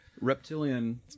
Reptilian